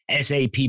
SAP